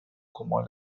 como